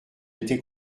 été